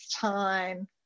time